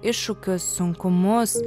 iššūkius sunkumus